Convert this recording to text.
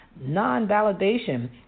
Non-validation